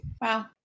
Wow